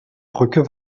brücke